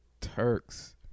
Turks